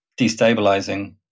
destabilizing